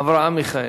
אברהם מיכאלי.